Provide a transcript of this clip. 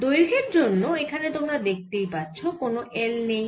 দৈর্ঘের জন্য এখানে তোমরা দেখতেই পাচ্ছো কোন L নেই